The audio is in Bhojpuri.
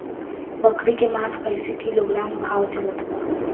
बकरी के मांस कईसे किलोग्राम भाव चलत बा?